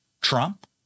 Trump